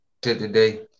today